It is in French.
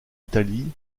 italie